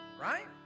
right